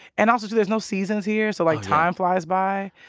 and also, too, there's no seasons here so, like, time flies by.